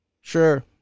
Sure